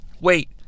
Wait